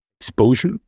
exposure